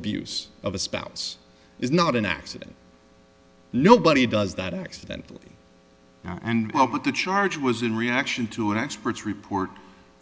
abuse of a spouse is not an accident nobody does that accidentally and well but the charge was in reaction to an expert's report